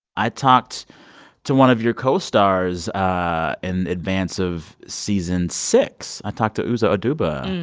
i talked to one of your co-stars ah in advance of season six i talked to uzo aduba.